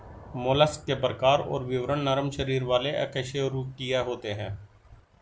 mollusc के प्रकार और विवरण नरम शरीर वाले अकशेरूकीय होते हैं